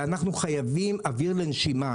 אנחנו חייבים לאוויר לנשימה.